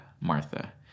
Martha